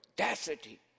audacity